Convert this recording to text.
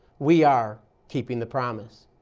we are keeping the promise.